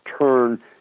turn